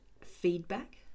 feedback